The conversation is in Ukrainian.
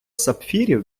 сапфирів